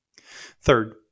Third